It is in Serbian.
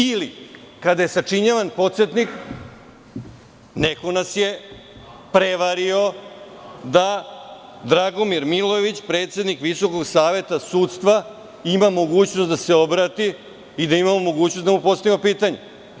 Ili, kada je sačinjavan podsetnik, neko nas je prevario da Dragomir Milojević, predsednik Visokog saveta sudstva ima mogućnost da se obrati i da imamo mogućnost da mu postavimo pitanje.